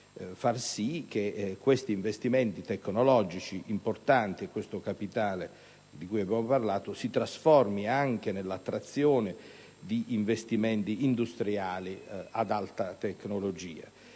far sì che tali investimenti tecnologici importanti, questo capitale di cui abbiamo parlato, produca anche l'attrazione di investimenti industriali ad alta tecnologia.